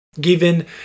Given